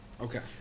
Okay